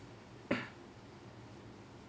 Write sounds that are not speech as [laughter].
[noise]